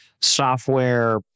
software